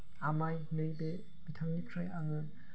आमाइ नैबे बिथांनिफ्राइ आङो